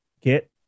get